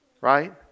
right